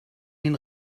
den